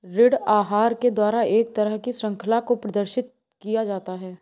ऋण आहार के द्वारा एक तरह की शृंखला को प्रदर्शित किया जाता है